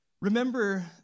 Remember